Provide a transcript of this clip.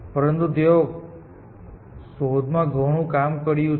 પરંતુ તેઓએ શોધમાં ઘણું કામ કર્યું છે